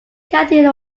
county